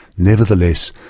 nevertheless,